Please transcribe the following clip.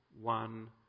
one